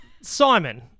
Simon